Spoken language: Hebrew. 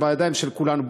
זה בידיים של כולנו,